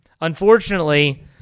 Unfortunately